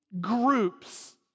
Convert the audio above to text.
groups